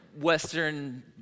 Western